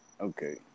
Okay